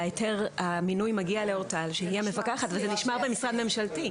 אבל המינוי מגיע לאורטל שהיא המפקחת וזה נשמר במשרד ממשלתי.